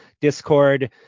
Discord